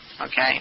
okay